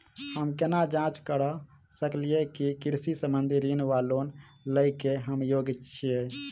हम केना जाँच करऽ सकलिये की कृषि संबंधी ऋण वा लोन लय केँ हम योग्य छीयै?